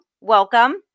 Welcome